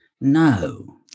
No